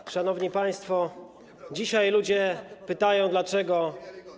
Otóż, szanowni państwo, dzisiaj ludzie pytają, dlaczego.